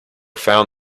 found